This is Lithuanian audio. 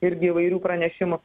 irgi įvairių pranešimų